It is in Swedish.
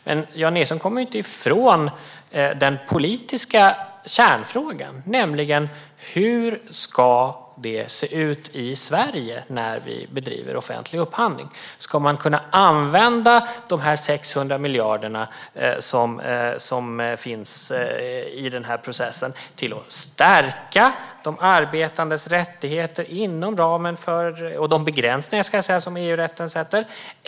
Jan Ericson kommer inte ifrån den politiska kärnfrågan: Hur ska det se ut i Sverige när vi bedriver offentlig upphandling? Ska man kunna använda de 600 miljarder som finns i processen till att stärka de arbetandes rättigheter inom den ram - och de begränsningar - som EU-rätten sätter?